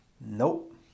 Nope